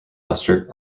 lester